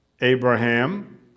Abraham